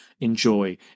enjoy